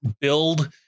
build